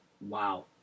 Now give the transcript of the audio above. wow